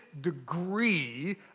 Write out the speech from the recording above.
degree